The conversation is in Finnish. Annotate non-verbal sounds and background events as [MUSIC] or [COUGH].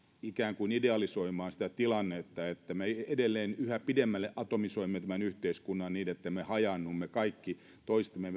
ikään kuin idealisoimaan sitä tilannetta että me edelleen yhä pidemmälle atomisoimme tämän yhteiskunnan niin että me hajaannumme kaikki toisistamme [UNINTELLIGIBLE]